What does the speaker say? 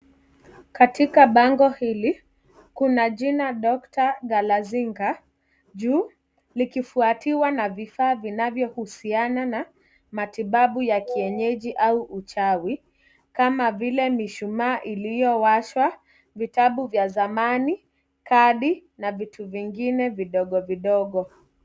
Katika bango hili kuna jina Doctor Galazinga juu, likifuatiwa na vifaa vinavyohusiana na matibabu ya kienyeji au uchawi kama vile mishumaa iliyowashwa, vitabu vya zamani, kadi na vitu vingine vidogo vidogo.